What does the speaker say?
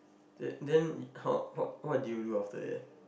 then then how how what did you look after that